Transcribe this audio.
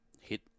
hit